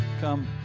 come